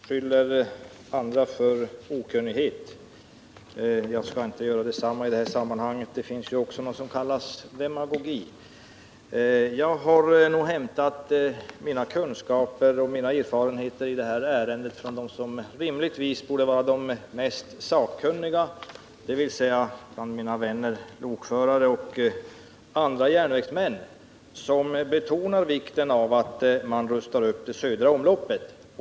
Herr talman! Herr Lothigius beskyller andra för okunnighet. Jag skall i detta sammanhang inte göra detsamma — det finns ju också någonting som kallas demagogi. Jag har hämtat mina kunskaper och erfarenheter i detta ärende från dem som rimligtvis borde vara de mest sakkunniga, nämligen från mina vänner lokförare och andra järnvägsmän. De betonar vikten av att vi rustar upp det södra omloppet.